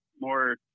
more